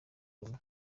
rumwe